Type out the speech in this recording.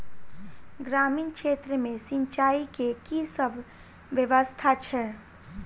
ग्रामीण क्षेत्र मे सिंचाई केँ की सब व्यवस्था छै?